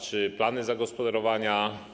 Czy są plany zagospodarowania?